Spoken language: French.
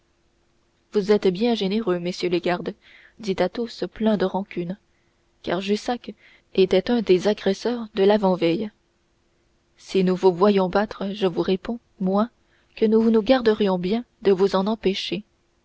vous êtes bien généreux messieurs les gardes dit athos plein de rancune car jussac était l'un des agresseurs de l'avantveille si nous vous voyions battre je vous réponds moi que nous nous garderions bien de vous en empêcher